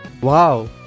Wow